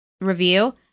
review